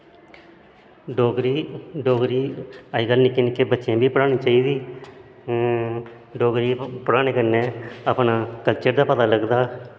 डोगरी अज कल निक्के निक्के बच्चें गीबी पढ़ना चाही दी डोगरी पढ़ानै कन्नै अपने कल्चर दा पता लगदा